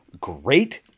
great